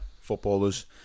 footballers